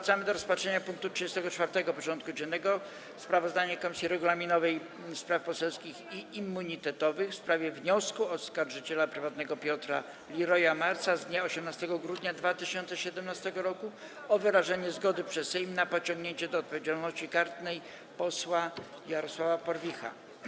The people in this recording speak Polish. Powracamy do rozpatrzenia punktu 34. porządku dziennego: Sprawozdanie Komisji Regulaminowej, Spraw Poselskich i Immunitetowych w sprawie wniosku oskarżyciela prywatnego Piotra Liroya-Marca z dnia 18 grudnia 2017 r. o wyrażenie zgody przez Sejm na pociągnięcie do odpowiedzialności karnej posła Jarosława Porwicha.